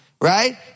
Right